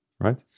right